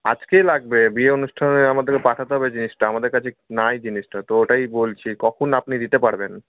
আজকেই লাগবে বিয়ের অনুষ্ঠানে আমাদের পাঠাতে হবে জিনিসটা আমাদের কাছে নেই জিনিসটা তো ওটাই বলছি কখন আপনি দিতে পারবেন